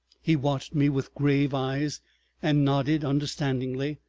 he watched me with grave eyes and nodded understandingly,